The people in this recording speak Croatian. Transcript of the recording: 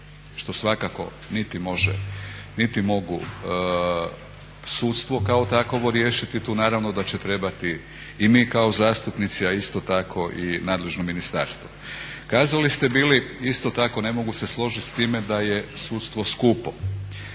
Što svakako niti može sudstvo kao takvo riješiti, tu naravno da će trebati i mi kao zastupnici a isto tako i nadležno ministarstvo. Kazali ste bili isto tako i ne mogu se složiti s time da je sudstvo skupo.